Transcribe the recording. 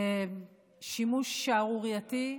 שימוש שערורייתי,